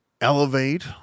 elevate